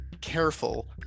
careful